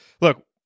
look